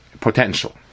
potential